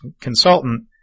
consultant